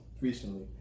recently